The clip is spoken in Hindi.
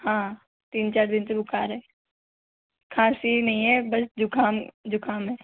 हाँ तीन चार दिन से बुखार है खांसी नहीं है बस जुकाम जुकाम है